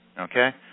Okay